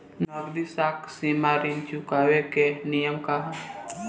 नगदी साख सीमा ऋण चुकावे के नियम का ह?